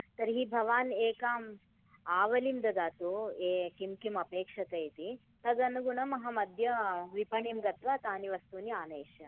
तर्हि भवान् एकाम् आवलीं ददातु ए किं किम् अपेक्षते इति तदनुगुणम् अहम् अद्य विपनीं गत्वा तानि वस्तूनि आनेष्यामि